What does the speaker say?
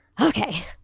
Okay